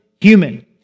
human